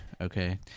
Okay